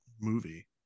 movie